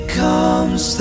comes